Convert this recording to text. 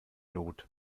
lot